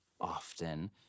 often